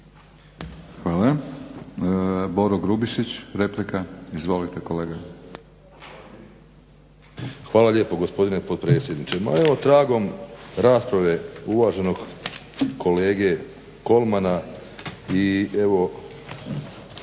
Hvala. Boro Grubišić, replika. Izvolite kolega. **Grubišić, Boro (HDSSB)** Hvala lijepo gospodine potpredsjedniče. Ma evo tragom rasprave uvaženog kolege Kolmana i evo